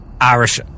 Irish